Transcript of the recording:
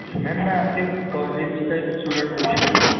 میم میں آپ کے کالج کا ایک اسٹوڈینٹ ہوں